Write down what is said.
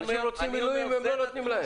אנשים רוצים מילואים ולא נותנים להם.